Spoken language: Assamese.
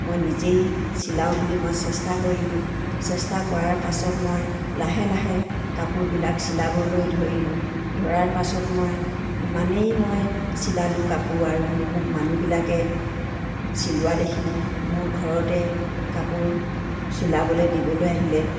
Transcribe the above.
মই নিজেই চিলাওঁ বুলি মই চেষ্টা কৰিলোঁ চেষ্টা কৰাৰ পাছত মই লাহে লাহে কাপোৰবিলাক চিলাবলৈ ধৰিলোঁ ধৰাৰ পাছত মই ইমানেই মই চিলালোঁ কাপোৰ আৰু মোক মানুহবিলাকে চিলোৱা দেখি মোৰ ঘৰতে কাপোৰ চিলাবলে দিবলৈ আহিলে